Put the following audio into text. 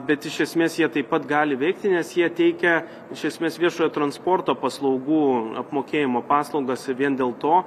bet iš esmės jie taip pat gali veikti nes jie teikia iš esmės viešojo transporto paslaugų apmokėjimo paslaugas ir vien dėl to